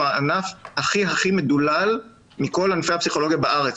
הענף הכי הכי מדולל מכל ענפי הפסיכולוגיה בארץ,